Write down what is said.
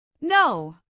No